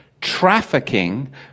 trafficking